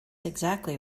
exactly